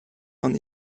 von